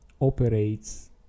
operates